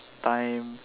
time